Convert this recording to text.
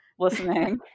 listening